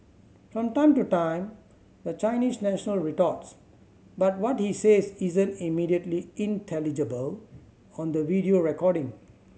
from time to time the Chinese national retorts but what he says isn't immediately intelligible on the video recording